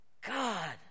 God